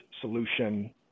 solution